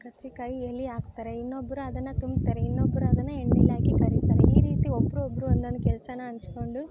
ಕರ್ಜಿಕಾಯಿ ಎಲೆ ಹಾಕ್ತಾರೆ ಇನ್ನೊಬ್ರು ಅದನ್ನು ತುಂಬ್ತಾರೆ ಇನ್ನೊಬ್ರು ಅದನ್ನು ಎಣ್ಣೆಲಿ ಹಾಕಿ ಕರಿತಾರೆ ಈ ರೀತಿ ಒಬ್ಬರೊಬ್ರು ಒಂದೊಂದು ಕೆಲಸನ ಹಂಚಿಕೊಂಡು